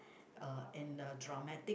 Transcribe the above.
uh and a dramatic